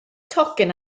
tocyn